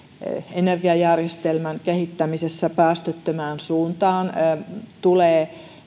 energiajärjestelmän kehittämisessä päästöttömään suuntaan tulee